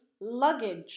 luggage